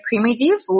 primitive